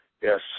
Yes